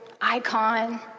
icon